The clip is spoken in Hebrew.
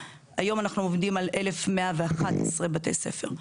אז היום אנחנו עומדים על 1,111 בתי ספר.